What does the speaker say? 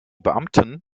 beamten